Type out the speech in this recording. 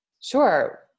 Sure